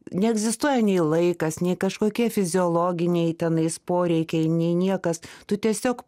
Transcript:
neegzistuoja nei laikas nei kažkokie fiziologiniai tenais poreikiai nei niekas tu tiesiog